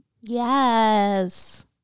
Yes